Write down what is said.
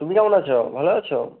তুমি কেমন আছো ভালো আছো